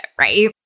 right